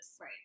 Right